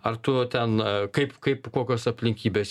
ar tu ten kaip kaip kokios aplinkybės